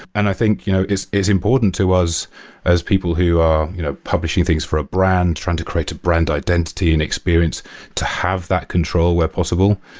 and i think you know it's important to us as people who are you know publishing things for a brand, trying to create a brand identity and experience to have that control where possible.